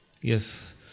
Yes